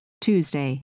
Tuesday